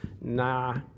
Nah